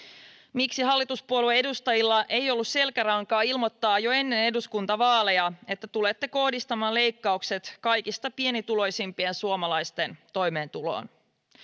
miksi hallituspuolueiden edustajilla ei ollut selkärankaa ilmoittaa jo ennen eduskuntavaaleja että tulette kohdistamaan leikkaukset kaikista pienituloisimpien suomalaisten toimeentuloon